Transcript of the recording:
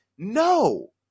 No